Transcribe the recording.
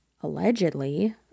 allegedly